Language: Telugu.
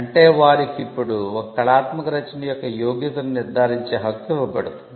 అంటే వారికి ఇప్పుడు ఒక కళాత్మక రచన యొక్క యోగ్యతను నిర్ధారించే హక్కు ఇవ్వబడుతుంది